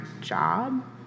job